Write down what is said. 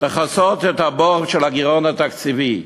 לכסות את הבור של הגירעון התקציבי.